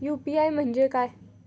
UPI म्हणजे काय?